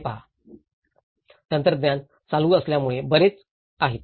ते पहा तंत्रज्ञान चालू असल्यामुळे बरेच आहेत